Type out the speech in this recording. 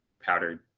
powdered